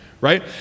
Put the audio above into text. right